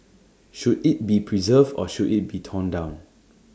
should IT be preserved or should IT be torn down